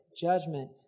judgment